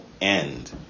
end